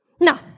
No